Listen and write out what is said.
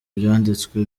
ibyanditswe